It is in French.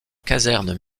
caserne